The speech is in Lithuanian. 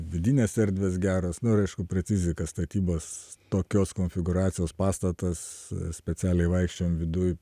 vidinės erdvės geros nu ir aišku precizika statybos tokios konfigūracijos pastatas specialiai vaikščiojom viduj